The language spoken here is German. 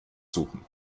suchen